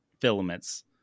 filaments